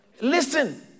Listen